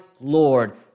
Lord